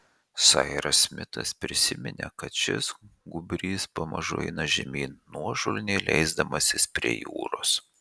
sairas smitas prisiminė kad šis gūbrys pamažu eina žemyn nuožulniai leisdamasis prie jūros